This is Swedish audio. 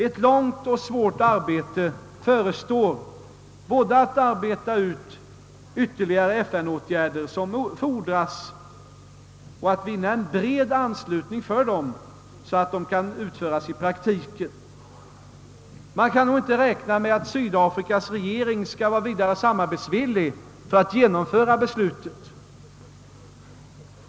Ett långt och svårt arbete förestår — både att utarbeta förslag till ytterligare FN-åtgärder som erfordras, och att vinna en bred anslutning för dessa, så att de kan genomföras i praktiken. Vi kan nog inte räkna med att Sydafrikas regering skall vara vidare samarbetsvillig när det gäller att genomföra beslutet.